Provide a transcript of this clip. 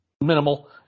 minimal